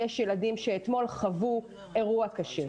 יש ילדים שאתמול חוו אירוע קשה,